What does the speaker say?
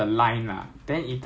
can fly a little more than that